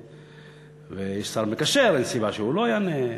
ואין סיבה שהוא לא יענה.